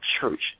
church